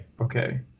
okay